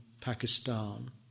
Pakistan